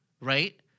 right